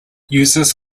users